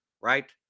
right